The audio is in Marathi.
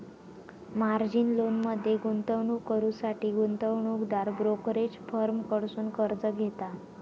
मार्जिन लोनमध्ये गुंतवणूक करुसाठी गुंतवणूकदार ब्रोकरेज फर्म कडसुन कर्ज घेता